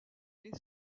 les